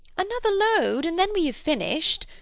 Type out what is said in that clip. another load, and then we have finish'd.